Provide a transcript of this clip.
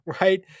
right